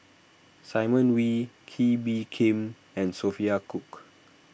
Simon Wee Kee Bee Khim and Sophia Cooke